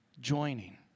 joining